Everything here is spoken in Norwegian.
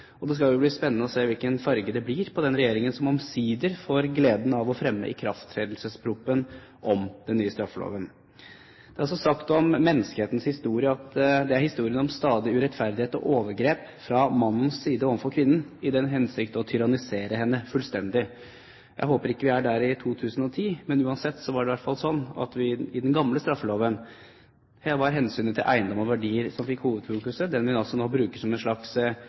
fjor. Det skal jo bli spennende å se hvilken farge det blir på den regjeringen som omsider får gleden av å fremme ikrafttredelsesproposisjonen om den nye straffeloven. Det er sagt om menneskehetens historie at det er historien om stadig urettferdighet og overgrep fra mannens side overfor kvinnen i den hensikt å tyrannisere henne fullstendig. Jeg håper vi ikke er der i 2010, men uansett var det i hvert fall slik at i den gamle straffeloven var det hensynet til eiendom og verdier som fikk hovedfokus – den vi nå bruker som en slags